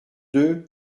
deux